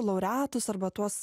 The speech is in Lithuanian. laureatus arba tuos